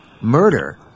murder